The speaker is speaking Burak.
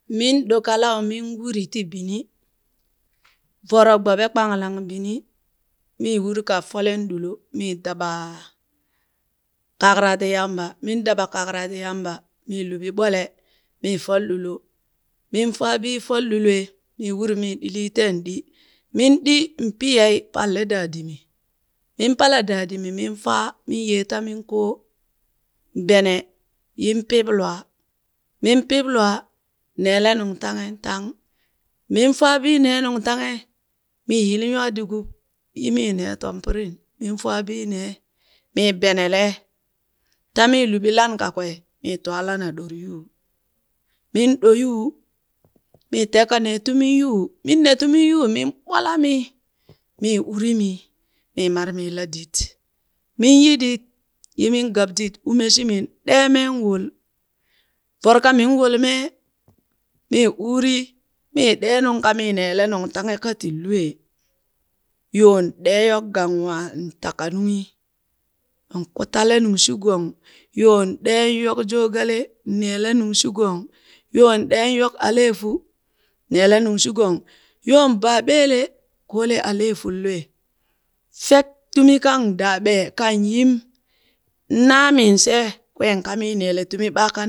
Min ɗo kalaau min uri ti bini voro gboɓe kpanlang bini mi urin ka folen ɗulo, mii daɓa kakara ti Yamba min daɓa kakra ti Yamba mii luɓi mole mii fol ɗulo, min faa bii fol dulwee, mii uri mii dili teen ɗi, min ɗi, iŋ pi yey palle daadimi, min pala daadimi min faa, min yee tamin koo, bene yin pip lwaa min pip lwaa neelee nungtanghen tang, min faa bii nee nungtanghe, mii yili nywaa di gub yi mii nee tompirin, min faa bii nee mii benele tamii luɓi lana kakwee yin twaa lana ɗore yuu, min ɗo yuu, mii teeka nee tumin yuu, min ne tumin yuu min ɓolamii mii urumii mii marmii la did, min yi dit, yimin gab did umeshimii ɗee meen wol, voro kamin wol mee, mii uurii mii ɗee nuŋ ka mii neele nungtanghe kati lwee, yoon ɗee yok ganwaan taka nunghi iŋ kutale nungshigong yoon ɗee yok jogale neele nungshigong, yoon ɗee yook aleyafu neele nungshigong, yoon baa ɓeele koole aleyafun lwee. Fek tumi kang daa ɓee kan yim, naamin she, kween ka mii neele tumi baakan